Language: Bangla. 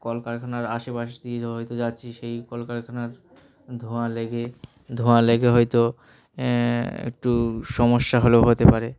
কলকারখানার আশেপাশ দিয়ে হয়তো যাচ্ছি সেই কলকারখানার ধোঁয়া লেগে ধোঁয়া লেগে হয়তো একটু সমস্যা হলেও হতে পারে